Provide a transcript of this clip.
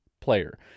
player—